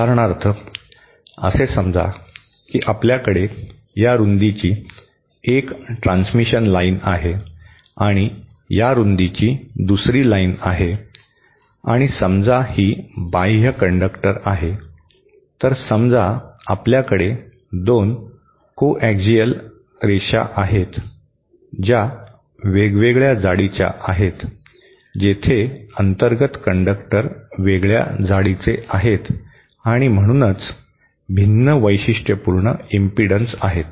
उदाहरणार्थ असे समजा की आपल्याकडे या रूंदीची 1 ट्रांसमिशन लाइन आहे आणि या रूंदीची दुसरी लाईन आहे आणि समजा ही बाह्य कंडक्टर आहे तर समजा आपल्याकडे दोन कॉऍक्सियल रेखा आहेत ज्या वेगवेगळ्या जाडीच्या आहेत जेथे अंतर्गत कंडक्टर वेगळ्या जाडीचे आहेत आणि म्हणूनच भिन्न वैशिष्ट्यपूर्ण इम्पिडन्स आहेत